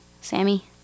Sammy